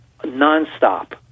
nonstop